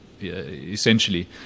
essentially